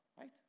Right